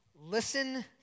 Listen